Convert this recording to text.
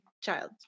child